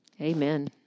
Amen